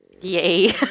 Yay